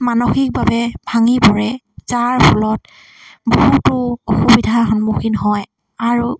মানসিকভাৱে ভাঙি পৰে যাৰ ফলত বহুতো অসুবিধাৰ সন্মুখীন হয় আৰু